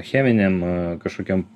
cheminėm kažkokiom